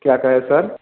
क्या कहे सर